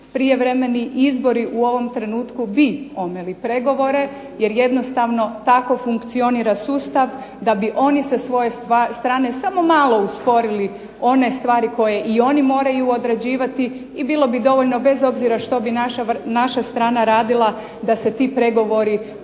Prijevremeni izbori u ovom trenutku bi omeli pregovore jer jednostavno tako funkcionira sustav da bi oni sa svoje strane samo malo usporili one stvari koje i oni moraju odrađivati. I bilo bi dovoljno, bez obzira što bi naša strana radila, da se ti pregovori pomaknu